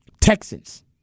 Texans